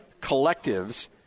collectives